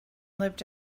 lived